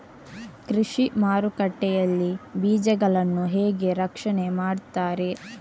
ಕೃಷಿ ಮಾರುಕಟ್ಟೆ ಯಲ್ಲಿ ಬೀಜಗಳನ್ನು ಹೇಗೆ ರಕ್ಷಣೆ ಮಾಡ್ತಾರೆ?